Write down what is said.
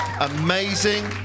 amazing